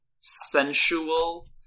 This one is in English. sensual